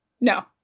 no